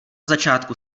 začátku